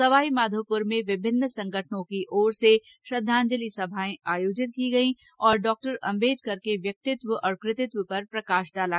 सवाईमाधोपुर में विभिन्न संगठनों की ओर से श्रद्धांजलि सभाएं आयोजित की गई तथा डॉक्टर अंबेडकर के व्यक्तित्व और कृतित्व पर प्रकाश डाला गया